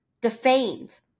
defamed